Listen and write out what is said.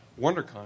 WonderCon